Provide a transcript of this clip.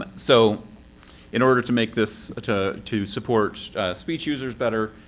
but so in order to make this. to to support speech users better,